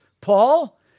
Paul